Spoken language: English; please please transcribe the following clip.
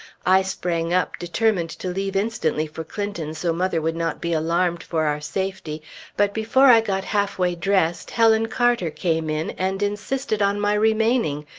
i sprang up, determined to leave instantly for clinton so mother would not be alarmed for our safety but before i got halfway dressed, helen carter came in, and insisted on my remaining,